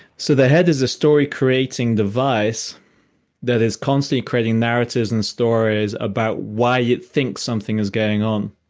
so the head is a story creating device that is constantly creating narratives and stories about why it thinks something is going on.